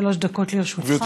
בבקשה, שלוש דקות לרשותך.